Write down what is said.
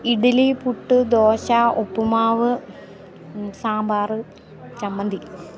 ഇഡലി പുട്ട് ദോശ ഉപ്പ്മാവ് സാമ്പാർ ചമ്മന്തി